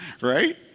Right